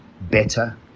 better